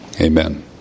Amen